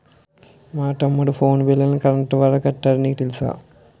మా తమ్ముడు కరెంటు బిల్లును ఫోను ద్వారా కట్టాడు నీకు తెలుసా